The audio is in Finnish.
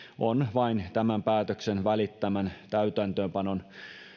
on vain tämän päätöksen välittömän täytäntöönpanon